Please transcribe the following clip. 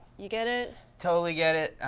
you get it? totally get it.